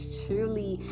truly